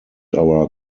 our